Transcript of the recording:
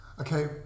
Okay